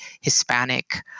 Hispanic